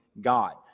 God